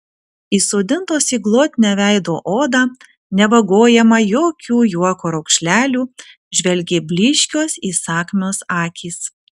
įsodintos į glotnią veido odą nevagojamą jokių juoko raukšlelių žvelgė blyškios įsakmios akys